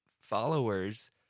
followers